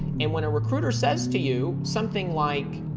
and when a recruiter says to you something like,